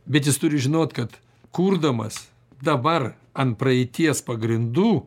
bet jis turi žinot kad kurdamas dabar ant praeities pagrindų